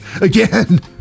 again